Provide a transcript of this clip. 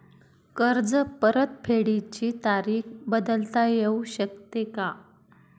कर्ज परतफेडीची तारीख बदलता येऊ शकते का?